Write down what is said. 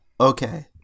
Okay